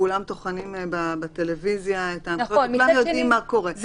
שטוחנים בטלוויזיה את ההנחיות וכולם יודעים מה קורה.